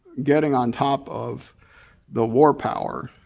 getting on top of the war power.